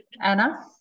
Anna